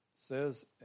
says